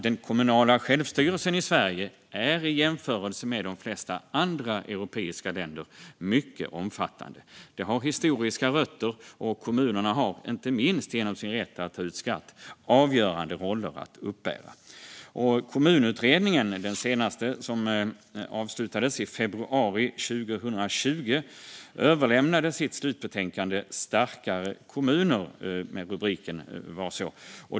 Den kommunala självstyrelsen i Sverige är i jämförelse med de flesta andra europeiska länder mycket omfattande. Den har historiska rötter, och kommunerna har, inte minst genom sin rätt att ta ut skatt, avgörande roller att uppbära. Kommunutredningen som avslutades i februari 2020 överlämnade sitt slutbetänkande Starkare kommuner .